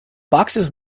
boxes